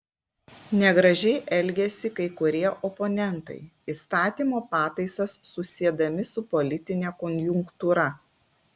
negražiai elgiasi kai kurie oponentai įstatymo pataisas susiedami su politine konjunktūra